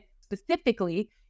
specifically